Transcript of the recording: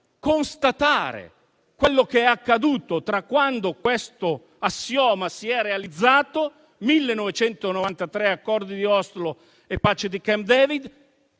constatare quello che è accaduto tra il 1993, quando questo assioma si è realizzato con gli accordi di Oslo e la pace di Camp David,